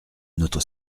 notre